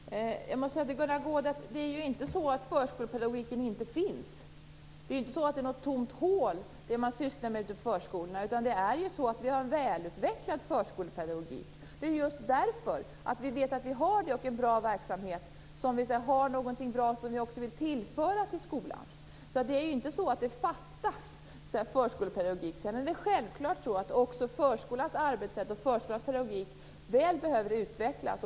Herr talman! Jag måste säga till Gunnar Goude att det inte är så att förskolepedagogiken inte finns. Det är inte så att det man sysslar med ute på förskolorna är ett tomt hål. Vi har en välutvecklad förskolepedagogik. Det är just därför att vi vet att vi har en bra verksamhet som vi kan säga att vi har något bra som vi vill tillföra skolan. Det är alltså inte så att det fattas en förskolepedagogik, men självfallet behöver också förskolans arbetssätt och pedagogik utvecklas.